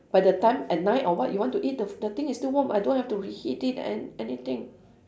by the time at night or what you want to eat the f~ the thing is still warm I don't have to reheat it and anything